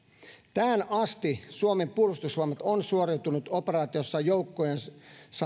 tähän asti suomen puolustusvoimat on suoriutunut operaatiossa joukkojensa